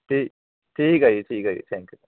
ਠੀ ਠੀਕ ਹੈ ਜੀ ਠੀਕ ਹੈ ਜੀ ਥੈਂਕ ਯੂ